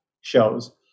shows